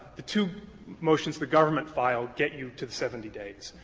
the two motions the government filed get you to the seventy days,